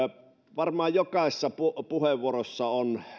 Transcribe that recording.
varmaan jokaisessa puheenvuorossa on